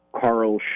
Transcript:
Carl